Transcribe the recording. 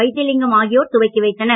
வைத்திலிங்கம் ஆகியோர் துவக்கி வைத்தனர்